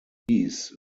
these